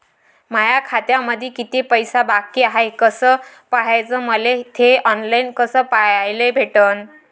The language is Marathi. माया खात्यामंधी किती पैसा बाकी हाय कस पाह्याच, मले थे ऑनलाईन कस पाह्याले भेटन?